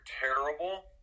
terrible